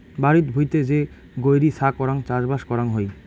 বাড়িত ভুঁইতে যে গৈরী ছা করাং চাষবাস করাং হই